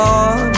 on